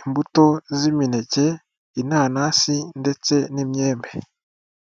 imbuto z'imineke, inanasi ndetse n'imyembe.